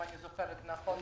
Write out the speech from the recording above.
אם אני זוכרת נכון,